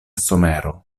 somero